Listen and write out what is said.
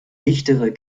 dichtere